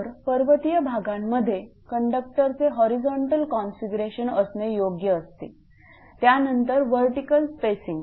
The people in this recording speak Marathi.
तर पर्वतीय भागांमध्ये कंडक्टरचे होरिझोंटल कॉन्फिगरेशन असणे योग्य असते त्यानंतर वर्टीकल स्पॅसिंग